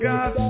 God